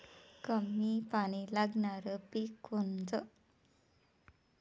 कमी पानी लागनारं पिक कोनचं?